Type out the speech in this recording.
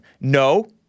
No